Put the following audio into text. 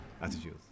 attitude